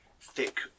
thick